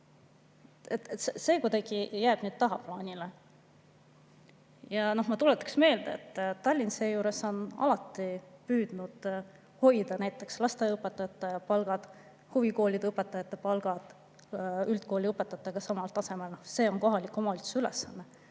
See kuidagi jääb nüüd tagaplaanile. Ma tuletaksin meelde, et Tallinn on seejuures alati püüdnud hoida näiteks lasteaiaõpetajate palgad ja huvikooliõpetajate palgad üldkooliõpetajate palgaga samal tasemel. See on kohaliku omavalitsuse ülesanne.